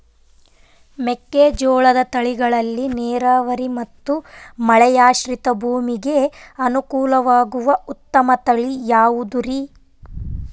ಮೆಕ್ಕೆಜೋಳದ ತಳಿಗಳಲ್ಲಿ ನೇರಾವರಿ ಮತ್ತು ಮಳೆಯಾಶ್ರಿತ ಭೂಮಿಗೆ ಅನುಕೂಲವಾಗುವ ಉತ್ತಮ ತಳಿ ಯಾವುದುರಿ?